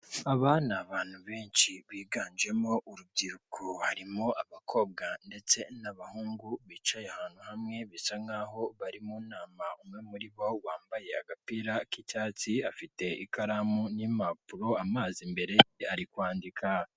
Aba n'abantu benshi biganjemo urubyiruko harimo abakobwa ndetse n'abahungu bicaye ahantu hamwe bisa nk'aho barimo umwe muri bo wambaye agapira k'icyatsi afite ikaramu n'impapuro, amazi mbere ari kwandika.